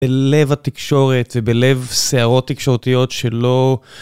בלב התקשורת ובלב סערות תקשורתיות שלא...